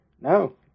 No